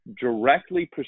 directly